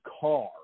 car